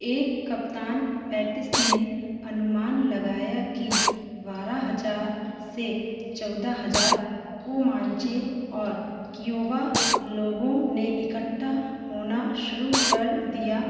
एक कप्तान पैटिस ने अनुमान लगाया कि बारह हजार से चौदह हजार को मांचे और कियोवा लोगों ने इकट्ठा होना शुरू कर दिया